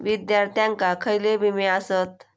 विद्यार्थ्यांका खयले विमे आसत?